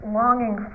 longing